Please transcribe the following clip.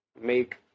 make